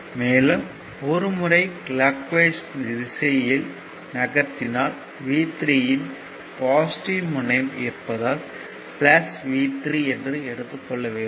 மேலும் ஒரு முறை கிளாக் வைஸ் திசையில் நகர்த்தினால் V3 யின் பாசிட்டிவ் முனையம் இருப்பதால் V3 என்று எடுத்துக் கொள்ள வேண்டும்